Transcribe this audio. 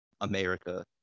America